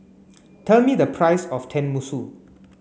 tell me the price of Tenmusu